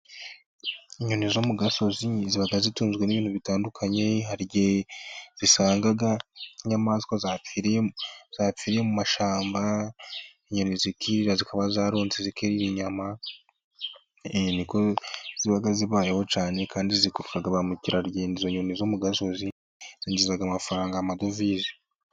Inyoni zo mu gasozi ziba zitunzwe n'ibintu bitandukanye. Hari igihe zisanga nk' inyamaswa zapfiriye zapfiriye mu mashyamba, inyoni zikirira zikaba zaronse zikirira inyama, niko ziba zibayeho cyane, kandi zikurura bamukerarugendo. Izo nyoni zo mu gasozi zinjiza amafaranga amadovize.